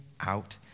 out